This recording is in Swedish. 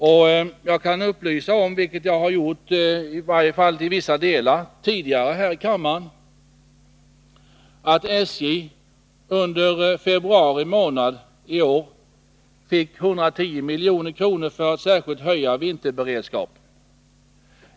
Och jag kan upplysa om — vilket jag i varje fall i vissa delar har gjort tidigare här i kammaren — att SJ under februari i år fick 110 milj.kr. för att höja vinterberedskapen.